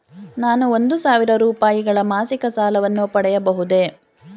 ನಾನು ಒಂದು ಸಾವಿರ ರೂಪಾಯಿಗಳ ಮಾಸಿಕ ಸಾಲವನ್ನು ಪಡೆಯಬಹುದೇ?